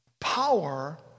power